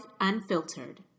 unfiltered